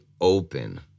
open